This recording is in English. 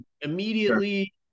immediately